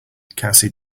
cassie